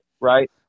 right